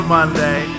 Monday